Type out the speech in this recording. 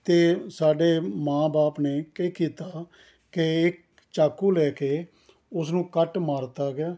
ਅਤੇ ਸਾਡੇ ਮਾਂ ਬਾਪ ਨੇ ਕੀ ਕੀਤਾ ਕਿ ਇੱਕ ਚਾਕੂ ਲੈ ਕੇ ਉਸ ਨੂੰ ਕੱਟ ਮਾਰਤਾ ਗਿਆ